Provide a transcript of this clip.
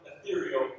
ethereal